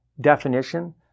definition